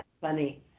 funny